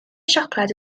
siocled